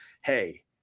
Hey